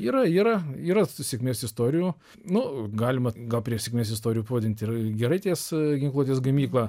yra yra yra sėkmės istorijų nu galima gal prie sėkmės istorijų pavadinti ir giraitės ginkluotės gamyklą